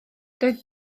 doedd